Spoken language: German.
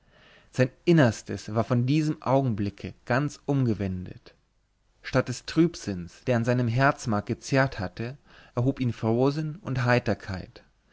sein innerstes war von diesem augenblicke ganz umgewendet statt des trübsinns der an seinem herzmark gezehrt hatte erhob ihn frohsinn und heiterkeit